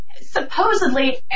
supposedly